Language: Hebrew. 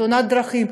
בתאונת דרכים,